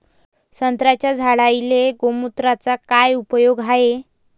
संत्र्याच्या झाडांले गोमूत्राचा काय उपयोग हाये?